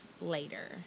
later